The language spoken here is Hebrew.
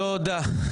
תודה.